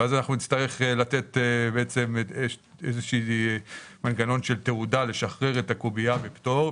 אנחנו נצטרך לתת איזשהו מנגנון של תעודה שתשחרר את הקובייה הזאת בפטור,